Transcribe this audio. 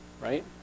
right